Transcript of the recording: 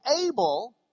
able